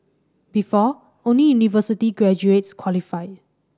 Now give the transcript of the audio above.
before only university graduates qualified